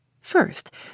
First